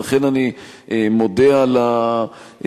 ולכן אני מודה על התשובה,